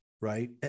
right